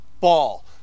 ball